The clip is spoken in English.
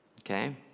Okay